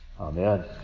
Amen